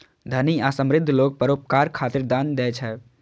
धनी आ समृद्ध लोग परोपकार खातिर दान दै छै